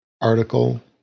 article